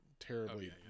terribly